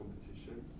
competitions